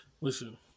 Listen